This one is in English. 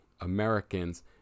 americans